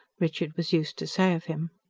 richard was used to say of him.